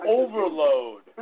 overload